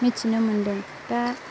मिथिनो मोनदों दा